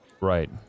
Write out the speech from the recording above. Right